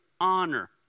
honor